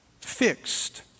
fixed